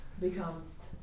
becomes